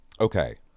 okay